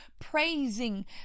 praising